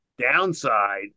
downside